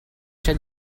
c’è